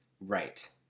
Right